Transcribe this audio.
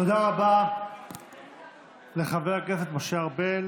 תודה רבה לחבר הכנסת משה ארבל